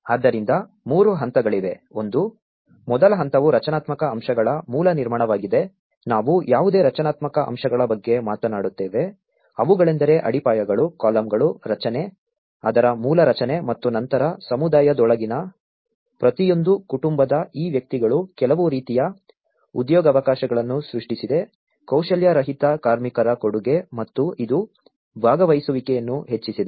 ಆದ್ದರಿಂದ 3 ಹಂತಗಳಿವೆ ಒಂದು ಮೊದಲ ಹಂತವು ರಚನಾತ್ಮಕ ಅಂಶಗಳ ಮೂಲ ನಿರ್ಮಾಣವಾಗಿದೆ ನಾವು ಯಾವುದೇ ರಚನಾತ್ಮಕ ಅಂಶಗಳ ಬಗ್ಗೆ ಮಾತನಾಡುತ್ತೇವೆ ಅವುಗಳೆಂದರೆ ಅಡಿಪಾಯಗಳು ಕಾಲಮ್ಗಳು ರಚನೆ ಅದರ ಮೂಲ ರಚನೆ ಮತ್ತು ನಂತರ ಸಮುದಾಯದೊಳಗಿನ ಪ್ರತಿಯೊಂದು ಕುಟುಂಬದ ಈ ವ್ಯಕ್ತಿಗಳು ಕೆಲವು ರೀತಿಯ ಉದ್ಯೋಗಾವಕಾಶಗಳನ್ನು ಸೃಷ್ಟಿಸಿದ ಕೌಶಲ್ಯರಹಿತ ಕಾರ್ಮಿಕರ ಕೊಡುಗೆ ಮತ್ತು ಇದು ಭಾಗವಹಿಸುವಿಕೆಯನ್ನು ಹೆಚ್ಚಿಸಿದೆ